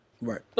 right